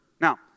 Now